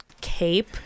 cape